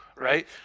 right